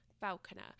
falconer